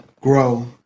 grow